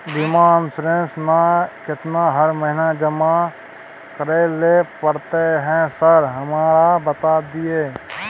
बीमा इन्सुरेंस ना केतना हर महीना जमा करैले पड़ता है सर हमरा बता दिय?